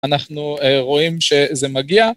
אנחנו רואים שזה מגיע.